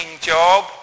job